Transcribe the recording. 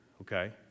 Okay